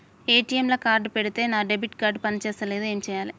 ATM లా card పెడితే నా డెబిట్ కార్డ్ పని చేస్తలేదు ఏం చేయాలే?